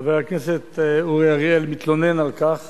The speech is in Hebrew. חבר הכנסת אורי אריאל מתלונן על כך